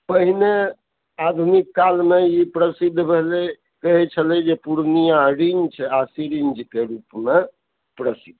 पहिने आधुनिक कालमे ई प्रसिद्ध भेलै कहै छलै जे पूर्णिया रिंच आ सिरिंचके रूपमे प्रसिद्ध छलै